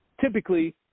Typically